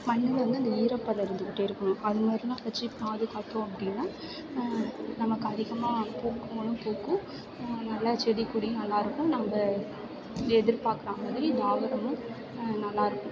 மண்ணில் வந்து அந்த ஈரப்பதம் இருந்துகிட்டே இருக்கும் அது மாதிரினா வெச்சு பாதுகாத்தோம் அப்படின்னா நமக்கு அதிகமாக பூக்களும் பூக்கும் நல்லா செடி கொடி நல்லாயிருக்கும் நம்ம எதிர்பார்க்குற மாதிரி தாவரங்களும் நல்லாயிருக்கும்